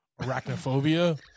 Arachnophobia